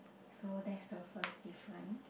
so that's the first difference